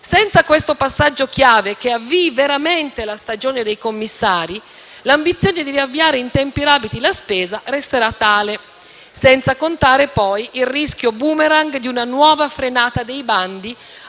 Senza questo passaggio-chiave che avvii veramente la stagione dei commissari, l'ambizione di riavviare in tempi rapidi la spesa resterà tale. Senza contare, poi, il rischio *boomerang* di una nuova frenata dei bandi